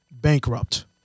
bankrupt